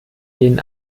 gehen